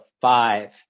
five